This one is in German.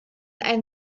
ein